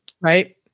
Right